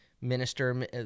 minister